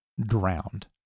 drowned